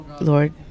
Lord